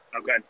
Okay